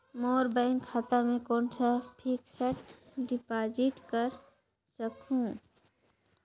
मोर bank खाता मे कौन फिक्स्ड डिपॉजिट कर सकहुं?